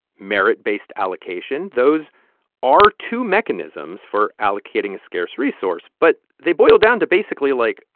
merit-based allocation those are two mechanisms for allocating a scarce resource, but they boil down to basically, like,